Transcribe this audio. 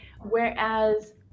whereas